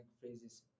phrases